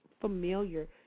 familiar